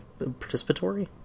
Participatory